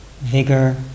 vigor